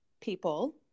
people